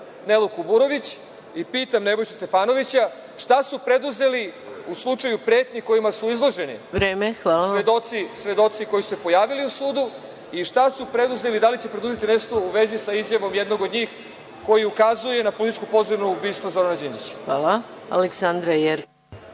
Nelu Kuburović i pitam Nebojšu Stefanovića šta su preduzezeli u slučaju pretnji kojima su izloženi svedoci koji su se pojavili u sudu i šta su preduzeli i da li će preduzeti nešto u vezi sa izjavom jednom od njih koji ukazuje na političku pozadinu ubistva Zorana Đinđića? **Maja